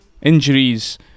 injuries